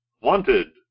wanted